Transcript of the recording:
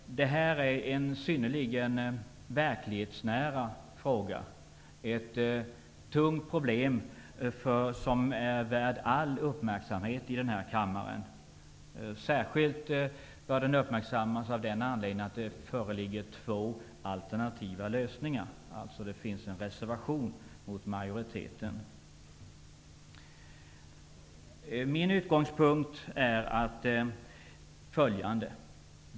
Det är en synnerligen verklighetsnära fråga, ett tungt problem som är värt all uppmärksamhet här i kammaren. Särskilt bör det uppmärksammas av den anledningen att det föreligger två alternativa lösningar. Det finns alltså en reservation mot majoritetens uppfattning. Min utgångspunkt är följande.